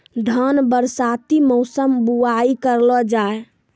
धान बरसाती मौसम बुवाई करलो जा?